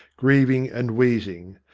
griev ing and wheezing.